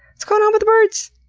what's going on with the birds?